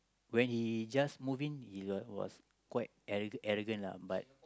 when he just move in he like was quite every arrogant lah but